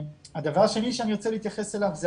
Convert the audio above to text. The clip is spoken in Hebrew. הדבר השני שאני רוצה להתייחס אליו זה